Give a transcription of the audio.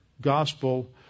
gospel